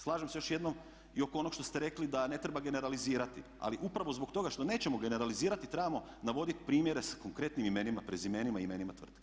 Slažem se još jednom i oko onog što ste rekli da ne treba generalizirati ali upravo zbog toga što nećemo generalizirati trebamo navoditi primjere s konkretnim imenima, prezimenima i imenima tvrtki.